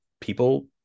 people